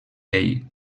bell